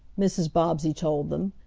mrs. bobbsey told them.